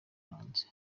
hanze